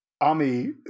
Ami